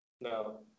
No